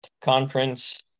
conference